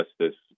Justice